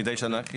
מידי שנה?